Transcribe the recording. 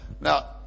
Now